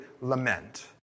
lament